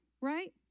right